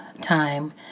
time